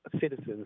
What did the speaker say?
citizens